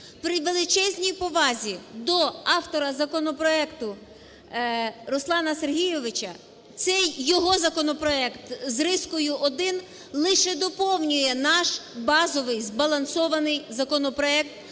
При величезній повазі до автора законопроекту Руслана Сергійовича, це його законопроект з рискою один лише доповнює наш базовий збалансований законопроект